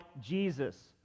Jesus